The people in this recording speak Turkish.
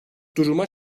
duruma